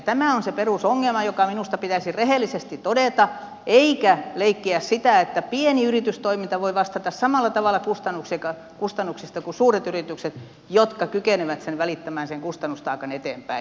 tämä on se perusongelma joka minusta pitäisi rehellisesti todeta eikä leikkiä että pieni yritystoiminta voi vastata samalla tavalla kustannuksista kuin suuret yritykset jotka kykenevät välittämään sen kustannustaakan eteenpäin